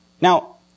Now